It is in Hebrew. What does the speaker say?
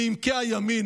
מעמקי הימין,